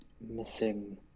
missing